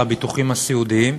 בביטוחים הסיעודיים.